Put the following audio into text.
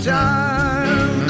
time